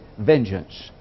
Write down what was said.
vengeance